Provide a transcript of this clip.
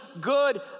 good